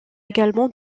également